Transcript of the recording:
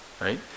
right